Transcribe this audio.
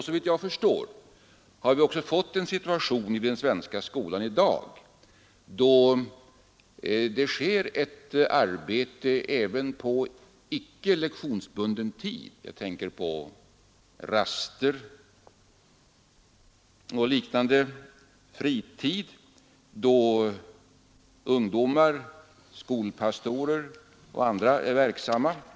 Såvitt jag förstår har vi också fått en situation i den svenska skolan i dag där det sker ett arbete även på icke lektionsbunden tid. Jag tänker på raster och liknande fritid då ungdomar, skolpastorer och andra är verksamma.